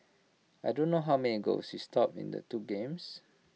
I don't know how many goals he stopped in the two games